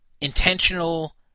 intentional